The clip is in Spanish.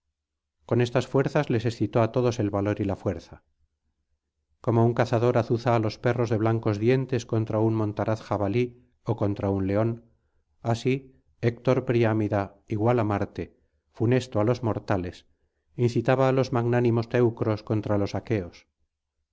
con estas palabras les excitó á todos el valor y la fuerza como un cazador azuza á los perros de blancos dientes contra un montaraz jabalí ó contra un león así héctor priámida igual á marte funesto álos mortales incitaba á los magnánimos teneros contra los aqueos